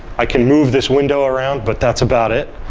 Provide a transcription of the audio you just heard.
i can move this window around, but that's about it.